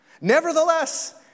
Nevertheless